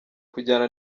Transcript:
kujyana